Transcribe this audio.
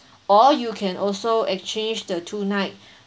or you can also exchange the two night